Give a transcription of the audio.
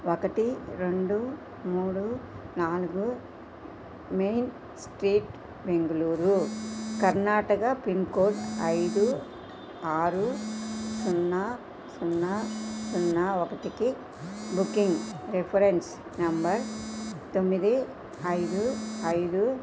ఒకటి రెండు మూడు నాలుగు main street Bengaluru Karnataka pin code ఐదు ఆరు సున్నా సున్నా సున్నా ఒకటికి బుకింగ్ రిఫరెన్స్ నంబర్ తొమ్మిది ఐదు ఐదు